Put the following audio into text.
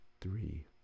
three